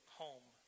home